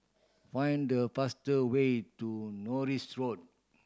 find the fast way to Norris Road